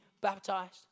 baptized